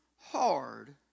hard